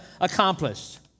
accomplished